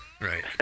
Right